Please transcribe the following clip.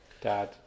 dad